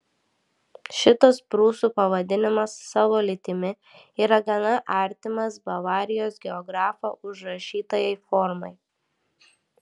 šitas prūsų pavadinimas savo lytimi yra gana artimas bavarijos geografo užrašytajai formai